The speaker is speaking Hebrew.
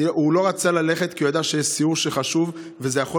הוא לא רוצה ללכת כי הוא ידע שיש סיור חשוב וזה יכול